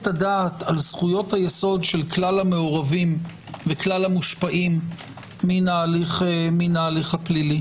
הדעת על זכויות היסוד של כלל המעורבים וכלל המושפעים מההליך הפלילי.